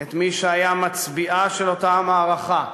את מי שהיה מצביאה של אותה המערכה,